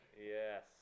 Yes